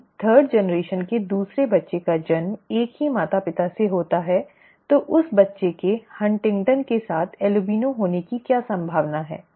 यदि तीसरी पीढ़ी के दूसरे बच्चे का जन्म एक ही माता पिता से होता है तो उस बच्चे के हंटिंगटन के साथ एल्बिनो होने की क्या संभावना है